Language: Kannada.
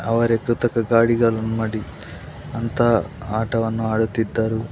ಅವರೇ ಕೃತಕ ಗಾಡಿಗಳನ್ನು ಮಾಡಿ ಅಂತಹ ಆಟವನ್ನು ಆಡುತ್ತಿದ್ದರು